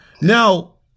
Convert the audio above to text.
Now